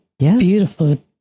Beautiful